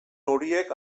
horiek